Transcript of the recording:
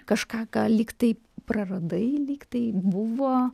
kažką ką lygtai praradai lygtai buvo